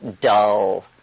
dull